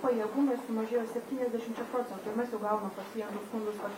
pajėgumai sumažėjo septyniasdešimčia procentų ir mes jau gaunam pacientų skundus kad